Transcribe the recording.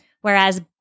whereas